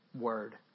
word